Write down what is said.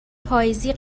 پاییزی